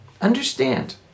Understand